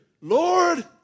Lord